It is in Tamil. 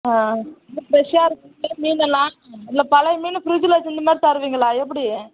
ஆ ஃப்ரெஷ்ஷாக இருக்குல்ல மீனெல்லாம் இல்லை பழைய மீன் ஃப்ரிட்ஜில் வச்சி இந்த மாதிரி தருவீங்களா எப்படி